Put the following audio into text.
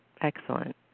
excellent